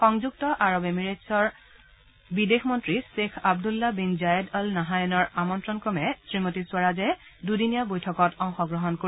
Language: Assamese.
সংযুক্ত আৰৱ এমিৰেটছৰ বিদেশ মন্ত্ৰী Sheikh Abdullah bin Zayed Al নাহায়েনৰ আমন্ত্ৰণ ক্ৰমে শ্ৰীমতী স্বৰাজে দুদিনীয়া বৈঠকত অংশগ্ৰহণ কৰিব